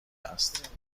است